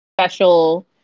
special